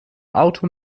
auto